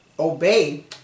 Obey